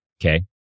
Okay